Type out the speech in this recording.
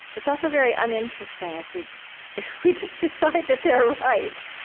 it's also very uninteresting if we if we just decide that they're right.